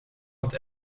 het